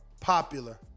popular